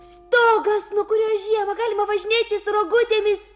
stogas nuo kurio žiemą galima važinėtis rogutėmis